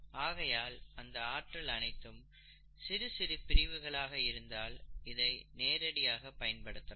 ஆகையால் இந்த ஆற்றல் அனைத்தும் சிறு சிறு பிரிவுகளாக இருந்தால் இதை நேரடியாக பயன்படுத்தலாம்